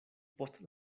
post